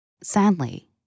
Sadly